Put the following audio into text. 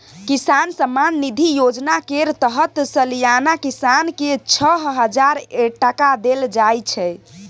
किसान सम्मान निधि योजना केर तहत सलियाना किसान केँ छअ हजार टका देल जाइ छै